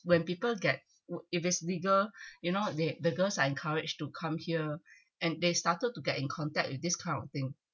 when people get word if it's legal you know they the girls are encouraged to come here and they started to get in contact with this kind of thing